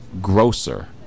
grocer